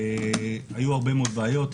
היו הרבה מאוד בעיות,